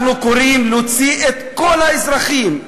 אנחנו קוראים להוציא את כל האזרחים,